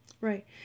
Right